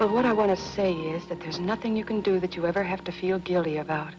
but what i want to say is that there's nothing you can do that you ever have to feel guilty about